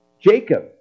Jacob